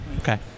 Okay